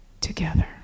together